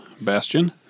Bastion